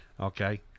Okay